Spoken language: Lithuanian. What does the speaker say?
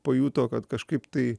pajuto kad kažkaip tai